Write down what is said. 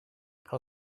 how